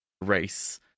race